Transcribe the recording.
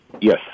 Yes